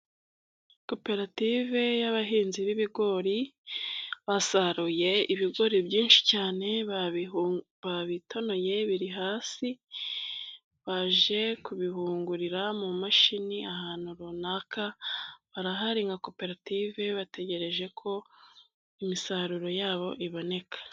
Koperative yabahinzi b'ibigori, basaruye ibigori byinshi cyane, babitonoye, biri hasi, baje kubihungurira mu mashini ahantu runaka, barahari nka koperative, bategereje ko imisaruro yabo iboneka.